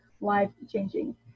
life-changing